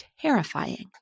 terrifying